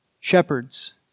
Shepherds